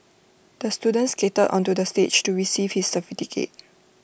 the student skated onto the stage to receive his certificate